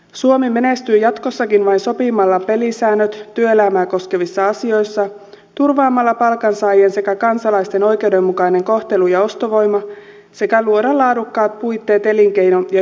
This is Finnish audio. suomi menestyy jatkossakin vain sopimalla pelisäännöt työelämää koskevissa asioissa turvaamalla palkansaajien sekä kansalaisten oikeudenmukaisen kohtelun ja ostovoiman sekä luomalla laadukkaat puitteet elinkeino ja yritystoiminnalle